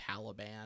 Taliban